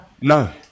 No